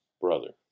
brother